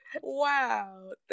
Wow